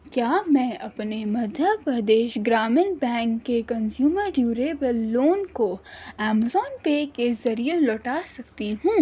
کیا میں اپنے مدھیہ پردیش گرامین بینک کے کنزیومر ڈیوریبل لون کو ایمزون پے کے ذریعے لوٹا سکتی ہوں